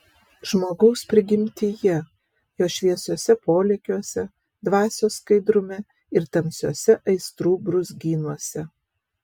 žmogaus prigimtyje jo šviesiuose polėkiuose dvasios skaidrume ir tamsiuose aistrų brūzgynuose